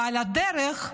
ועל הדרך,